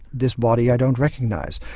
this body i don't recognise,